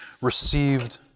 received